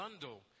bundle